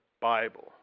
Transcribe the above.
Bible